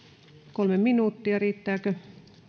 kolme minuuttia riittääkö